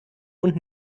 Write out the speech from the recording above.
und